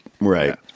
Right